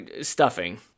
stuffing